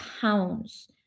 pounds